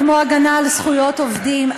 כמו הגנה על זכויות עובדים.